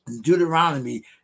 Deuteronomy